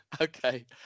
Okay